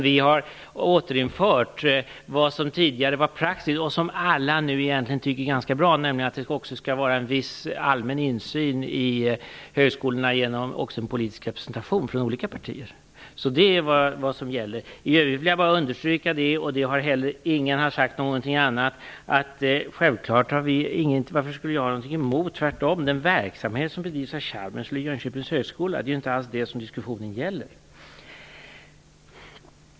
Vi har återinfört vad som tidigare var praxis, och som alla nu tycker ganska bra om, nämligen att det skall vara en viss allmän insyn i högskolorna, också genom en politisk representation från olika partier. Det är vad som gäller. I övrigt vill jag bara understryka att vi självklart inte har något emot - varför skulle vi ha det - den verksamhet som bedrivs av Chalmers och Jönköpings högskola. Det är ju inte alls det som diskussionen gäller.